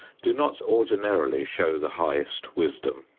do not ordinarily show the highest wisdom.